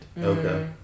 Okay